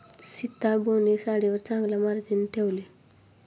सीताबोने साडीवर चांगला मार्जिन ठेवले